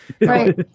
right